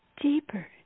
deeper